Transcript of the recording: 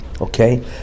Okay